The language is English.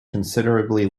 considerably